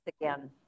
again